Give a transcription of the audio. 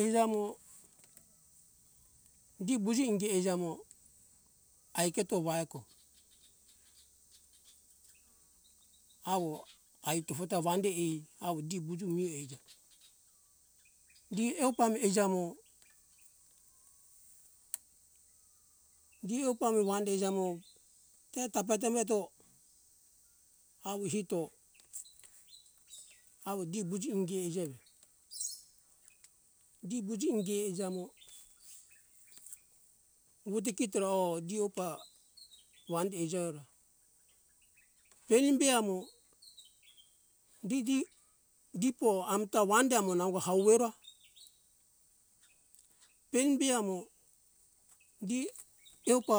Eija mo gi wuji ingi eija mo aiketo waeko awo ai tofo ta wandi e awo di buju mire ija di eupa mi euja mo gi eupa mi wande euja mo te tape te me to awo hito awo di buji ungi eijavi di buji ingi eija mo wuti kitere oh di oupa wandi eija eora penimbe amo didi dipo amta wandi amo nango hauwera penimbe amo gi peupa